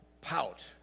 pout